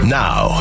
now